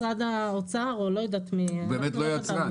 משרד האוצר או לא יודעת מי --- הוא באמת לא יצרן.